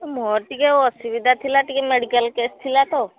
ମୋର ଟିକିଏ ଅସୁବିଧା ଥିଲା ଟିକିଏ ମେଡ଼ିକାଲ କେସ୍ ଥିଲା ତ